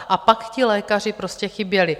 A pak ti lékaři prostě chyběli.